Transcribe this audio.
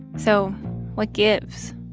so what gives?